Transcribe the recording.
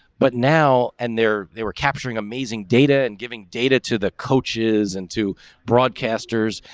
but now and there they were capturing amazing data and giving data to the coaches and to broadcasters.